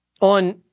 On